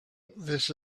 this